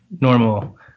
normal